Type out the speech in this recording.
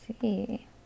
see